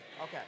Okay